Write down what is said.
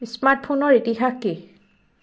smart ফোনৰ ইতিহাস কি